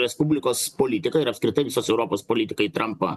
respublikos politiką ir apskritai visos europos politiką į trampą